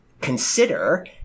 consider